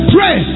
Pray